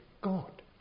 God